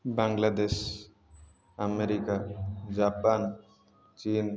Bangladesh America Japan ଚୀନ୍